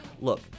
Look